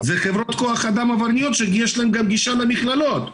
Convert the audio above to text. זה חברות כוח אדם עברייניות שיש להן גישה גם למכללות.